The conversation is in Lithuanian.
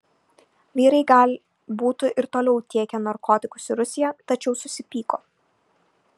vyrai gal būtų ir toliau tiekę narkotikus į rusiją tačiau susipyko